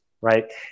right